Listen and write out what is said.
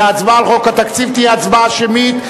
וההצבעה על חוק התקציב תהיה הצבעה שמית.